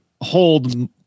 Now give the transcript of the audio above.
hold